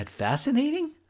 Fascinating